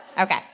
Okay